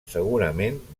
segurament